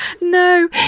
No